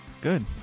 Good